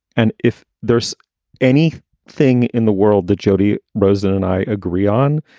and if there's any thing in the world that jody rosen and i agree on,